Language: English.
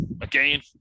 again